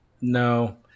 No